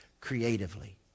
creatively